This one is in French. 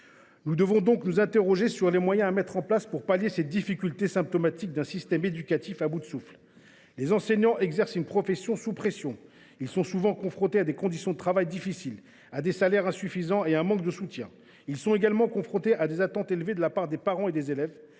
Nous devons donc nous interroger sur les moyens à mettre en place pour remédier à cette difficulté symptomatique d’un système éducatif à bout de souffle. Les enseignants exercent une profession sous pression. Ils sont souvent confrontés à des conditions de travail difficiles, à des salaires insuffisants et à un manque de soutien. Ils sont également confrontés à des attentes élevées de la part des parents et des élèves.